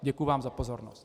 Děkuji vám za pozornost.